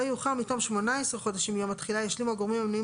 (ה)לא יאוחר מתום 18 חודשים מיום התחילה ,ישלימו הגורמים המנויים